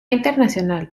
internacional